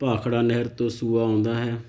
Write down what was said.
ਭਾਖੜਾ ਨਹਿਰ ਤੋਂ ਸੂਆ ਆਉਂਦਾ ਹੈ